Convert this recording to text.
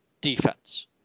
defense